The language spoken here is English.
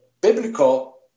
biblical